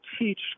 teach